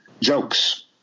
jokes